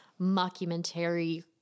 mockumentary